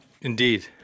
Indeed